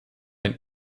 ein